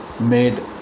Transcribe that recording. made